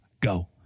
Go